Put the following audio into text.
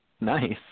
Nice